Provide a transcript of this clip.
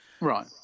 Right